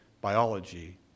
biology